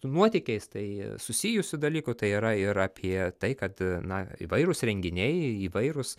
nuotykiais tai susijusių dalykų tai yra ir apie tai kad na įvairūs renginiai įvairūs